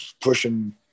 pushing